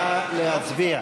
נא להצביע.